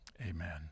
amen